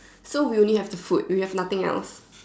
so we only have the food we have nothing else